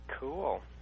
Cool